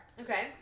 Okay